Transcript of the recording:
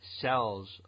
cells